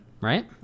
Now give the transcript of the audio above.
Right